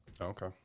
Okay